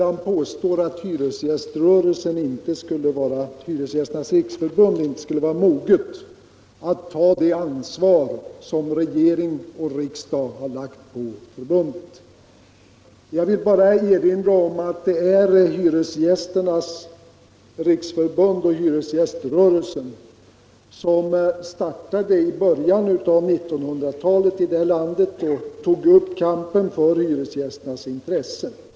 Han påstår att Hyresgästernas riksförbund inte skulle vara moget att ta det ansvar som regering och riksdag lagt på förbundet. Jag vill bara erinra om att Hyresgästernas riksförbund och hyresgäströrelsen i början av 1900-talet tog upp kampen för hyresgästernas intressen i vårt land.